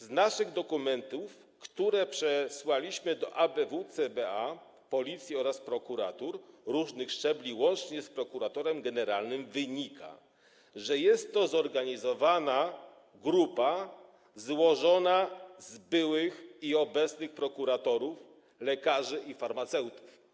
Z naszych dokumentów, które przesłaliśmy do ABW, CBA, Policji oraz prokuratur różnych szczebli, łącznie z prokuratorem generalnym, wynika, że jest to zorganizowana grupa złożona z byłych i obecnych prokuratorów, lekarzy i farmaceutów.